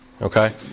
okay